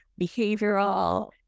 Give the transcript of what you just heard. behavioral